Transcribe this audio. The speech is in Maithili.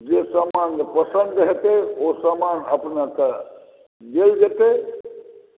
जे समान पसन्द हेतै ओ समान देल जेतै